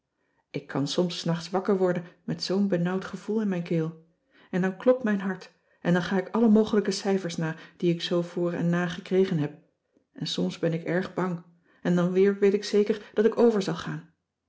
ik kan soms s nachts wakker worden met zoo'n benauwd gevoel in mijn keel en dan klopt mijn hart en dan ga ik alle mogelijke cijfers na die ik zoo voor en na gekregen heb en soms ben ik erg bang en dan weer weet ik zeker dat ik over zal gaan